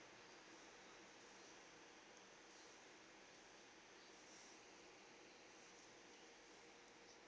okay